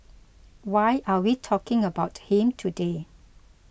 why are we talking about him today